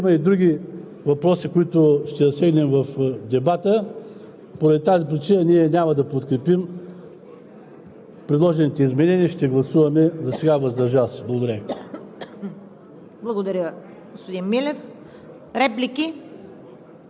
респективно Министерският съвет, трябва да носят отговорност, а не да се прехвърлят правата на Централното военно окръжие. Разбира се, има и други въпроси, които ще засегнем в дебата. Поради тази причина ние няма да подкрепим